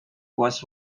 was